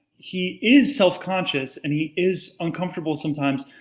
he is self-conscious, and he is uncomfortable sometimes,